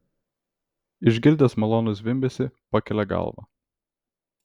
išgirdęs malonų zvimbesį pakelia galvą